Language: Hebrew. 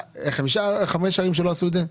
חמש ערים שלא עשו את זה,